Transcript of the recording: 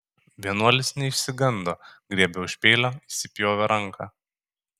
vienuolis neišsigando griebė už peilio įsipjovė ranką